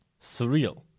Surreal